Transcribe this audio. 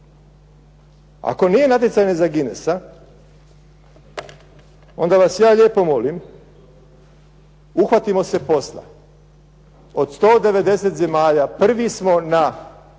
Ako nije natjecanje za Guinessa onda vas ja lijepo molim uhvatimo se posla. Od 190 zemalja prvi smo na